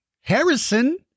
Harrison